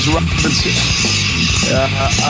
Robinson